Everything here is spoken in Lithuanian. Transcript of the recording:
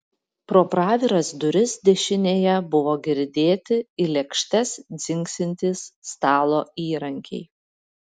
pro praviras duris dešinėje buvo girdėti į lėkštes dzingsintys stalo įrankiai